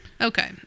Okay